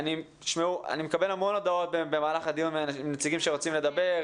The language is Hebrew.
אני מקבל המון הודעות במהלך הדיון מנציגים שרוצים לדבר,